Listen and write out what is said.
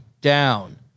down